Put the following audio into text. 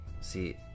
See